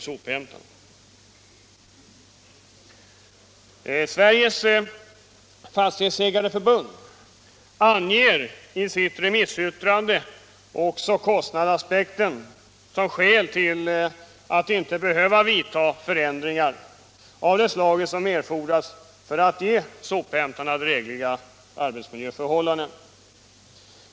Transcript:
Sveriges fastighetsägareförbund anger i sitt remissyttrande också kostnadsaspekten som skäl till att inte behöva vidta förändringar av det slag som erfordras för att ge sophämtarna drägliga arbetsmiljöförhållanden.